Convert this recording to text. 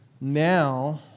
Now